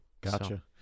Gotcha